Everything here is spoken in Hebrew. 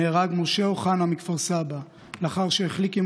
נהרג משה אוחנה מכפר סבא לאחר שהחליק עם